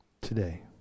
Today